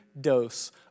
dose